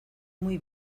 muy